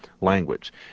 language